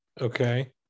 okay